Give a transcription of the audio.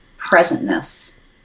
presentness